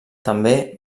també